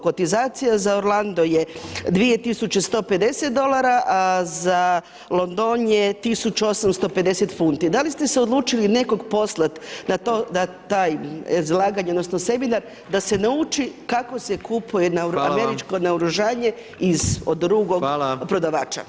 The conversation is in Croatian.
Kotizacija za Orlando je 2150 dolara, a za London je 1850 funti, da li ste se odlučili nekog poslat na to izlaganje odnosno seminar da se nauči kako se kupuje američko [[Upadica: Hvala vam]] naoružanje od drugog [[Upadica: Hvala]] prodavača.